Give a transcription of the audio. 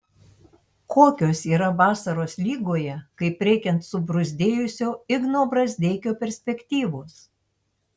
kokios yra vasaros lygoje kaip reikiant subruzdėjusio igno brazdeikio perspektyvos